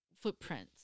footprints